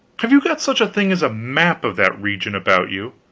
have you got such a thing as a map of that region about you?